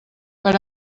per